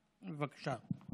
בבקשה.